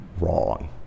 wrong